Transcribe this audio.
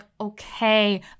okay